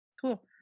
Cool